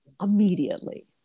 immediately